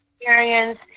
experience